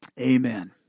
amen